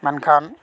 ᱢᱮᱱᱠᱷᱟᱱ